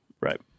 right